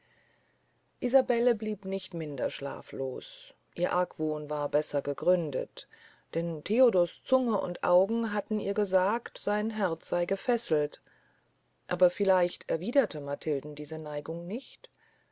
isabelle blieb nicht minder schlaflos ihr argwohn war besser gegründet denn theodors zunge und augen hatten ihr gesagt sein herz sey gefesselt aber vielleicht erwiederte matilde seine neigung nicht